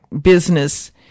business